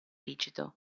rigido